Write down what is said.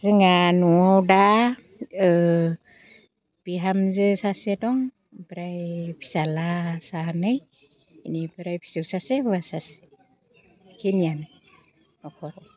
जोंहा न'आव दा बिहामजो सासे दं ओमफ्राय फिसाज्ला सानै इनिफ्राय फिसौ सासे हौवा सासे इखिनियानो न'खराव